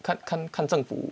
看看政府